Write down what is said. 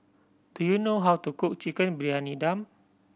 do you know how to cook Chicken Briyani Dum